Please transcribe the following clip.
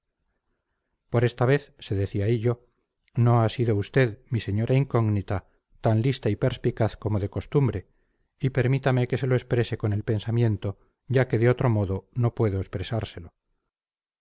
por esta vez se decía hillo no ha sido usted mi señora incógnita tan lista y perspicaz como de costumbre y permítame que se lo exprese con el pensamiento ya que de otro modo no pueda expresárselo